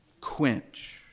quench